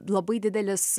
labai didelis